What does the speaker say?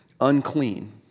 unclean